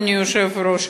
אדוני היושב-ראש,